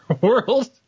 world